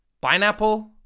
Pineapple